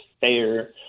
fair